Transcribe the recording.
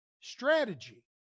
strategy